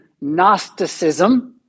Gnosticism